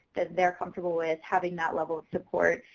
that they're comfortable with. having that level of support.